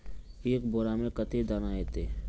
एक बोड़ा में कते दाना ऐते?